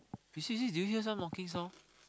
you see you see do you hear some knocking sound